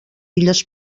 illes